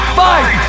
fight